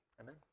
Amen